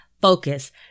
Focus